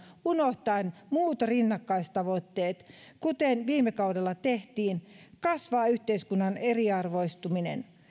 unohtaen muut rinnakkaistavoitteet kuten viime kaudella tehtiin kasvaa yhteiskunnan eriarvoistuminen